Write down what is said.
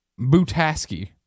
Butaski